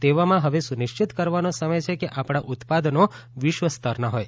તેવામાં ફવે સુનિશ્ચિત કરવાનો સમય છે કે આપણાં ઉત્પાદનો વિશ્વસ્તરના હોય